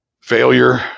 Failure